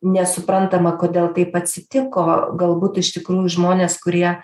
nesuprantama kodėl taip atsitiko galbūt iš tikrųjų žmonės kurie